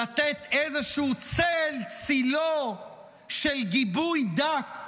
לתת איזשהו צל-צילו של גיבוי דק,